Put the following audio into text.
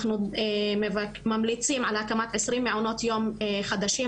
אנחנו ממליצים על הקמת עשרים מעונות יום חדשים,